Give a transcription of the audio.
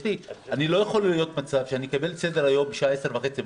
לא יכול להיות מצב שאני אקבל את סדר-היום בשעה עשר וחצי בלילה.